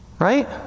Right